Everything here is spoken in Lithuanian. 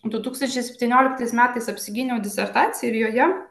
du tūkstančiai septynioliktais metais apsigyniau disertaciją ir joje